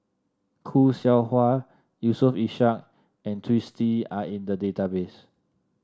Khoo Seow Hwa Yusof Ishak and Twisstii are in the database